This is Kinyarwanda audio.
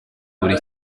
buri